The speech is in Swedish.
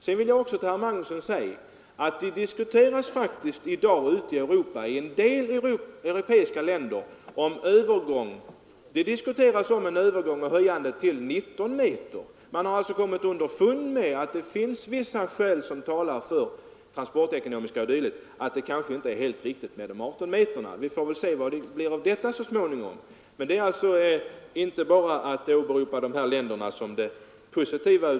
Sedan vill jag till herr Magnusson också säga att det i dag ute i en del europeiska länder faktiskt diskuteras om övergång till 19 meters fordonslängd. Man har kommit underfund med att det finns vissa transportekonomiska skäl som talar för att det inte är helt lämpligt med 18 meters längd. Vi får väl se vad denna diskussion resulterar i så småningom. Det går alltså inte för motståndarsidan att bara åberopa dessa länder såsom positiva.